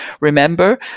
Remember